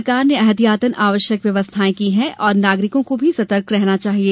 सरकार ने ऐहतियातन आवश्यक व्यवस्थाएं की हैं और नागरिकों को भी सतर्क रहना चाहिए